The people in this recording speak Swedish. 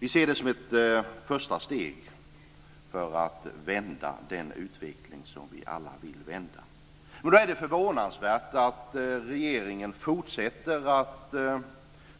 Vi ser det som ett första steg för att vända den utveckling som vi alla vill vända. Då är det förvånansvärt att regeringen fortsätter att